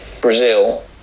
Brazil